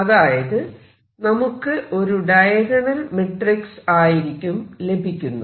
അതായത് നമുക്ക് ഒരു ഡയഗണൽ മെട്രിക്സ് ആയിരിക്കും ലഭിക്കുന്നത്